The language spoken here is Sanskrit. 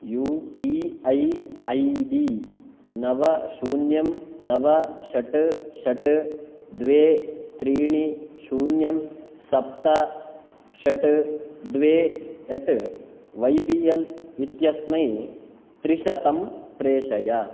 U P I I D नव शून्यं नव षट् षट् द्वे त्रीणि शून्यं सप्त षट् द्वे एट् वै बी एल् इत्यस्मै त्रिशतं प्रेषय